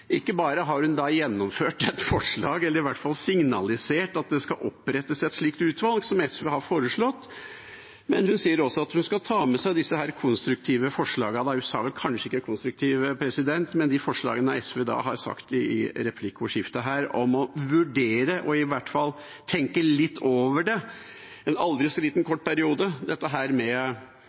Ikke bare har hun gjennomført et forslag, eller i hvert fall signalisert at det skal opprettes et slikt utvalg som SV har foreslått, hun sier også at hun skal ta med seg disse konstruktive forslagene. Hun sa vel kanskje ikke konstruktive, men i hvert fall de forslagene SV snakket om i replikkordskiftet her, om en kunne vurdere å tenke litt over en aldri så liten periode, dette med